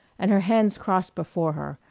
and her hands crossed before her,